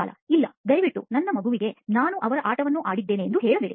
ಬಾಲಾ ಇಲ್ಲ ದಯವಿಟ್ಟು ನನ್ನ ಮಗುವಿಗೆ ನಾನು ಅವರ ಆಟವನ್ನು ಆಡಿದ್ದೇನೆ ಎಂದು ಹೇಳಬೇಡಿ